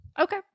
Okay